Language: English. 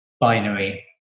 binary